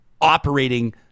operating